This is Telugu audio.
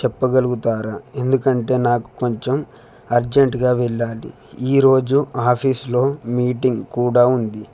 చెప్పగలుగుతారా ఎందుకంటే నాకు కొంచం అర్జెంటుగా వెళ్ళాలి ఈరోజు ఆఫీస్లో మీటింగ్ కూడా ఉంది